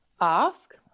ask